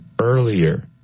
earlier